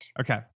Okay